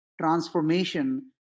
transformation